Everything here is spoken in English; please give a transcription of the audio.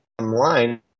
line